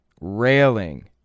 railing